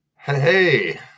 Hey